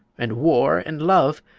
and war and love,